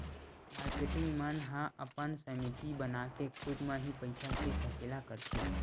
marketing मन ह अपन समिति बनाके खुद म ही पइसा के सकेला करथे